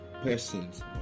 Persons